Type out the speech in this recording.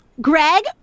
Greg